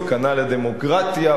סכנה לדמוקרטיה,